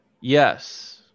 Yes